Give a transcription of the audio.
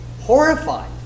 horrified